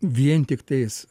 vien tiktais